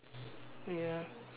ya